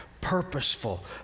purposeful